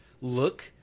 look